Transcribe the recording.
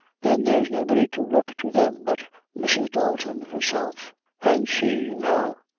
then there's nobody to look to them but mrs. dalton herself an' she, you know,